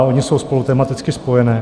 Ony jsou spolu tematicky spojené.